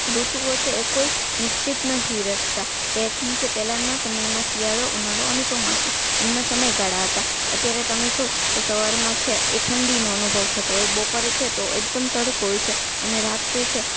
ઋતુઓ છે એ કોઈ નિશ્ચિત નથી રહેતાં જેમકે પહેલાંના સમયમાં શિયાળો ઉનાળો અને ચોમાસુ એમનાં સમયગાળા હતા અત્યારે તમે જુઓ તો સવારમાં છે એ ઠંડીનો અનુભવ થતો હોય બપોરે છે તો એકદમ તડકોય છે અને રાતે છે તો